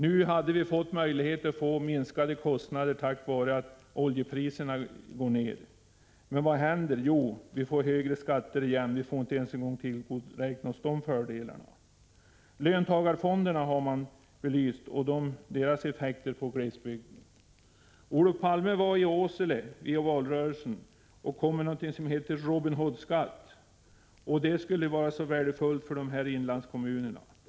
Nu har vi möjlighet att få minskade kostnader tack vare att oljepriserna går ned. Men vad händer? Jo, vi får högre skatter igen. Vi får inte ens tillgodoräkna oss fördelarna av sänkta oljepriser. Löntagarfonderna och deras effekter på glesbygden har belysts. Olof Palme var i Åsele i valrörelsen och talade om någonting som kallades Robin Hood-skatt. Det skulle vara värdefullt för inlandskommunerna.